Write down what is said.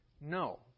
No